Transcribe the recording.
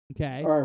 Okay